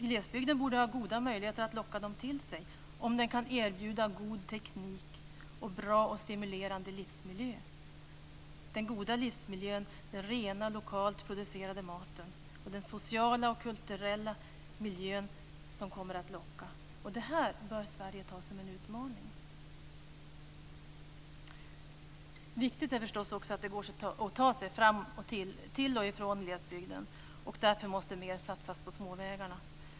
Glesbygden borde ha goda möjligheter att locka dem till sig om den kan erbjuda god teknik och bra och stimulerande livsmiljö. Det är den goda livsmiljön, den rena, lokalt producerade maten och den sociala och kulturella miljön som kommer att locka. Detta bör Sverige ta som en utmaning. Viktigt är förstås också att det går att ta sig till och från glesbygden, och därför måste det satsas mer på småvägarna.